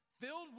filled